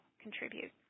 contribute